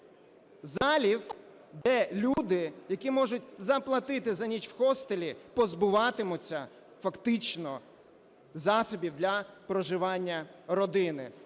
залів, де люди, які можуть заплатити за ніч в хостелі, позбуватимуться фактично засобів для проживання родини.